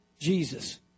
Jesus